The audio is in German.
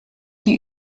die